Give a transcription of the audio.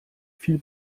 viel